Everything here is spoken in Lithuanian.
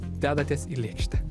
dedatės į lėkštę